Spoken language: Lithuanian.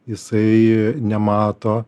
jisai nemato